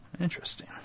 Interesting